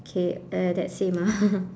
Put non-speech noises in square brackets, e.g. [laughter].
okay uh that's same ah [laughs]